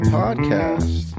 podcast